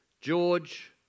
George